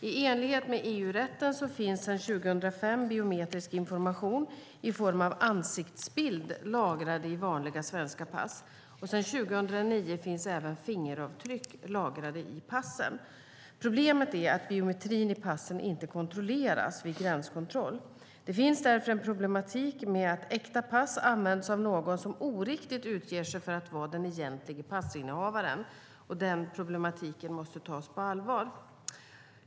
I enlighet med EU-rätten finns sedan 2005 biometrisk information i form av ansiktsbild lagrad i vanliga svenska pass, och sedan 2009 finns även fingeravtryck lagrade i passen. Problemet är att biometrin i passen inte kontrolleras vid gränskontroll. Det finns därför en problematik med att äkta pass används av någon som oriktigt utger sig för att vara den egentlige passinnehavaren. Den problematiken måste tas på allvar.